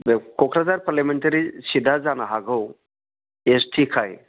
बे क'क्राझार पार्लियामेन्टारि सिटआ जानो हागौ एस टिखाय